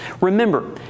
Remember